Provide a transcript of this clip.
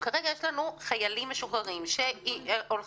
כרגע יש לנו חיילים משוחררים שהולכים ללמוד.